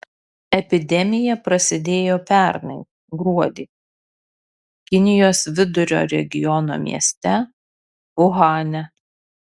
epidemija prasidėjo pernai gruodį kinijos vidurio regiono mieste uhane